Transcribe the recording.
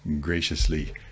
graciously